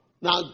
Now